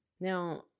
Now